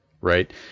Right